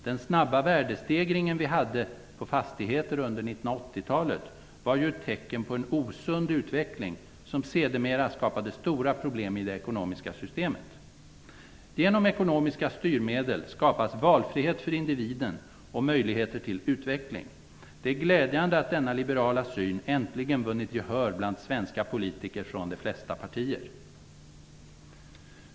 Den snabba värdestegringen vi hade på fastigheter under 1980-talet var ju tecken på en osund utveckling som sedermera skapade stora problem i det ekonomiska systemet. Genom ekonomiska styrmedel skapas valfrihet för individen och möjligheter till utveckling. Det är glädjande att denna liberala syn äntligen vunnit gehör bland svenska politiker från de flesta partier.